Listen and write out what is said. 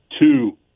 two